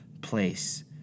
place